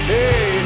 Hey